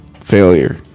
failure